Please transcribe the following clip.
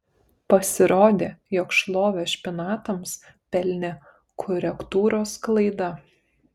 pasirodė jog šlovę špinatams pelnė korektūros klaida